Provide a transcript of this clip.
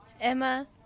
Emma